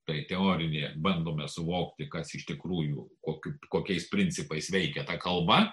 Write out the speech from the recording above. tai teorinė bandome suvokti kas iš tikrųjų kokie kokiais principais veikia ta kalba